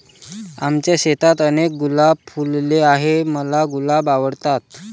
आमच्या शेतात अनेक गुलाब फुलले आहे, मला गुलाब आवडतात